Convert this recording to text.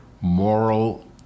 moral